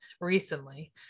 recently